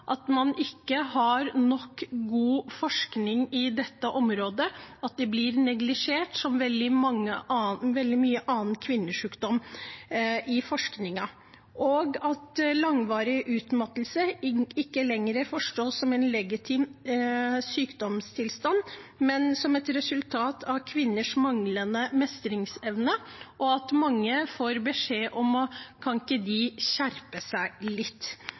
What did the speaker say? at man ikke har nok god forskning på dette området. ME blir neglisjert i forskningen som veldig mye annen kvinnesykdom. Langvarig utmattelse forstås ikke lenger som en legitim sykdomstilstand, men som et resultat av kvinners manglende mestringsevne; mange får beskjed om å skjerpe seg litt.